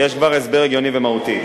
יש כבר הסבר הגיוני ומהותי.